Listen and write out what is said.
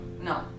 No